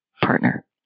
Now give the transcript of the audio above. partner